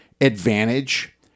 advantage